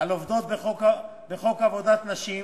על עובדות בחוק עבודת נשים